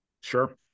Sure